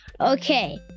Okay